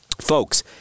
folks